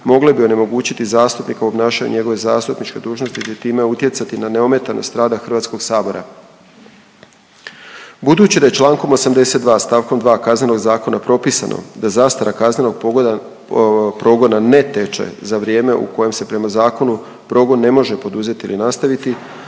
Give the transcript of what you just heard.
mogle bi onemogućiti zastupnika u obnašanju njegove zastupničke dužnosti te time utjecati na neometanost rada HS-a. Budući da je čl. 82. st. 2. KZ propisano da zastara kaznenog progona ne teče za vrijeme u kojem se prema zakonu progon ne može poduzeti ili nastaviti